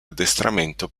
addestramento